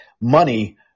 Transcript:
money